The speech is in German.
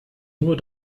nur